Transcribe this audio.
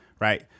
right